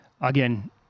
again